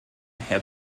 herr